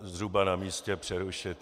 Zhruba na místě je přerušit.